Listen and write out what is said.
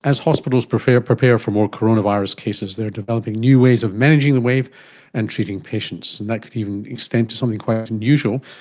as hospitals prepare prepare for more coronavirus cases, they are developing new ways of managing the wave and treating patients, and that could even extend to something quite unusual,